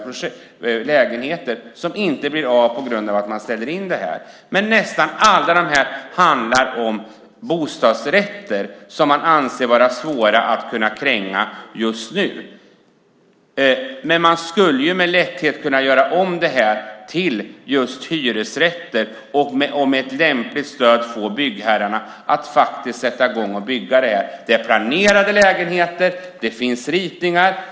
Dessa lägenheter blir inte av på grund av att byggandet ställs in. Nästan alla är bostadsrätter, som anses vara svåra att kränga just nu. Men man skulle med lätthet kunna göra om dem till hyresrätter, och med hjälp av ett lämpligt stöd går det att få byggherrarna att sätta i gång byggandet. Det är planerade lägenheter, och det finns ritningar.